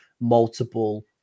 multiple